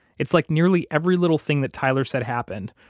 it's like nearly every little thing that tyler said happened,